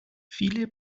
viele